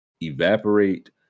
evaporate